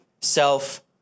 self